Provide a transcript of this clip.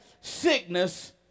sickness